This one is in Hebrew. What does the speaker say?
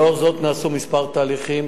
לאור זאת נעשו כמה תהליכים,